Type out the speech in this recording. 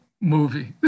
movie